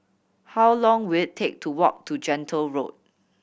how long will it take to walk to Gentle Road